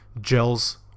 gels